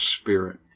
spirit